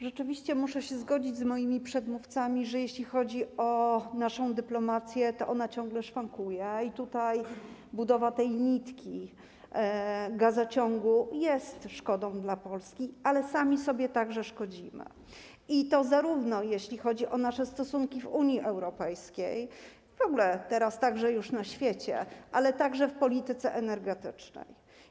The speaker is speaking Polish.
Rzeczywiście muszę się zgodzić z moimi przedmówcami, że jeśli chodzi o naszą dyplomację, to ona ciągle szwankuje i budowa tej nitki gazociągu jest ze szkodą dla Polski, ale sami sobie także szkodzimy, i to jeśli chodzi zarówno o nasze stosunki w Unii Europejskiej, w ogóle teraz także już na świecie, jak i o politykę energetyczną.